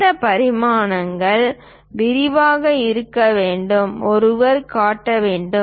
இந்த பரிமாணங்கள் விரிவாக இருக்க வேண்டும் ஒருவர் காட்ட வேண்டும்